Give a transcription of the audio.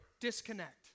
Disconnect